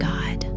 God